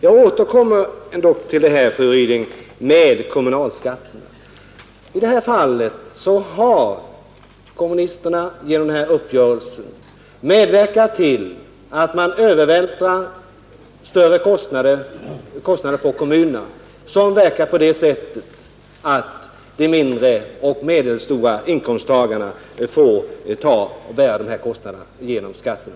Jag kommer åter till detta med kommunalskatten, fru Ryding. I detta fall har kommunisterna genom denna uppgörelse medverkat till att man övervältrar större kostnader på kommunerna. Följden blir att de mindre och medelstora inkomsttagarna får bära dessa kostnader genom skatterna.